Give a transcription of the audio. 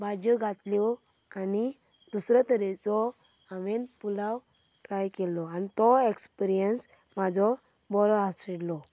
भाजयो घातल्यो आनी दुसरे तरेचो हांवें पुलाव ट्राय केलो आनी तो एक्सपिर्यन्स म्हजो बरो आशिल्लो